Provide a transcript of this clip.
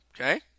Okay